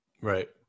Right